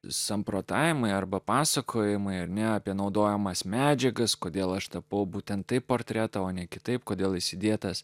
samprotavimai arba pasakojimai ar ne apie naudojamas medžiagas kodėl aš tapau būtent taip portretą o ne kitaip kodėl jis įdėtas